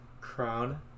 crown